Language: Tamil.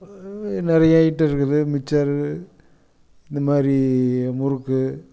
நிறைய ஐட்டம் இருக்குது மிக்சரு இந்த மாதிரி முறுக்கு